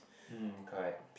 mm correct